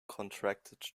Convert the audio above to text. contracted